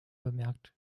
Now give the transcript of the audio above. bemerkt